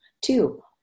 Two